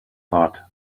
thought